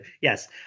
Yes